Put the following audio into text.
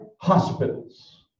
hospitals